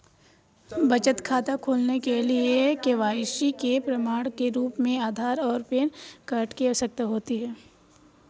बचत खाता खोलने के लिए के.वाई.सी के प्रमाण के रूप में आधार और पैन कार्ड की आवश्यकता होती है